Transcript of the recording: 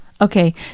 Okay